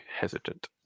hesitant